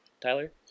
Tyler